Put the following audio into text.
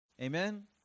Amen